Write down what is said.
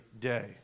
day